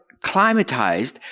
climatized